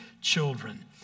children